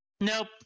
Nope